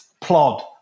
plod